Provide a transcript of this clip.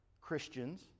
Christians